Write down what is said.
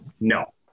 No